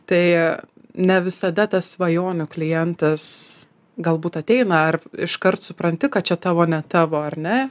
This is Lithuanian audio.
tai ne visada tas svajonių klientas galbūt ateina ar iškart supranti kad čia tavo ne tavo ar ne